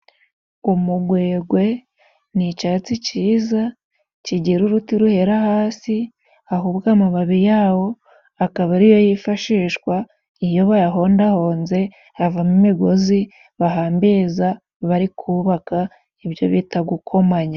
Umugwegwe ni icatsi ciza kigira uruti ruhera hasi, ahubwo amababi ya wo akaba ariyo yifashishwa iyo bayahondahonze, havamo imigozi bahambiza bari kubaka, ibyo bita gukomanya.